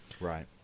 Right